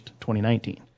2019